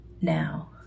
Now